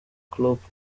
klopp